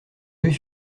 l’œil